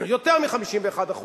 יותר מ-51%.